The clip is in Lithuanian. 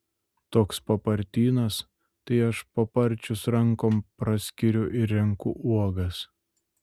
toks papartynas tai aš paparčius rankom praskiriu ir renku uogas